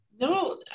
No